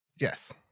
Yes